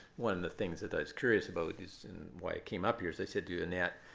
one of the things that i was curious about is and why i came up here as i said to annette,